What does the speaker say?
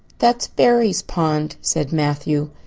that's barry's pond, said matthew.